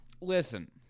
listen